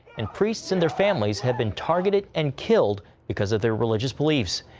and priests and their families have been targeted and killed because of their religious beliefs.